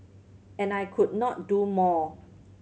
and I could not do more